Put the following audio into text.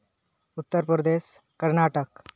Uttar Pradesh Karnataka